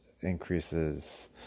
increases